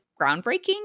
groundbreaking